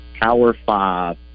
power-five